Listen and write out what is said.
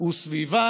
/ וסביבן,